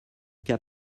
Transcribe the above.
cas